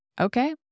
okay